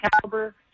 caliber